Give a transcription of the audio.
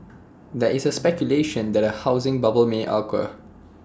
there is speculation that A housing bubble may occur